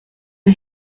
the